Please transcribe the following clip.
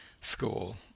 school